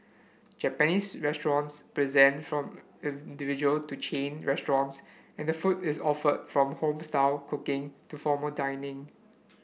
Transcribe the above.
Japanese restaurants present from individual to chain restaurants and the food is offered from home style cooking to formal dining